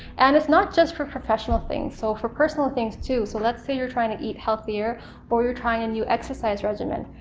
and it's not just for professional things, so for personal things too. so let's say you're trying to eat healthier or you're trying a new exercise regimen,